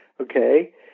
okay